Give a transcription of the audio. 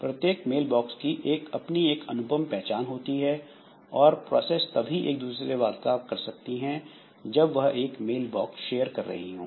प्रत्येक mail box की अपनी एक अनुपम पहचान होती है और प्रोसेस तभी एक दूसरे से वार्तालाप कर सकती हैं जब वह एक मेल बॉक्स शेयर कर रही हों